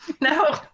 No